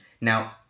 now